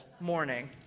morning